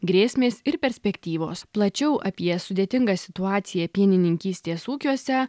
grėsmės ir perspektyvos plačiau apie sudėtingą situaciją pienininkystės ūkiuose